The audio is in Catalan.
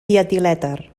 dietilèter